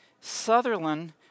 Sutherland